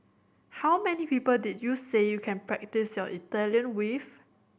how many people did you say you can practise your Italian with